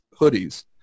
hoodies